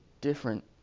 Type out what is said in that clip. different